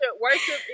worship